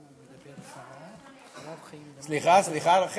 סליחה, סליחה, רחל.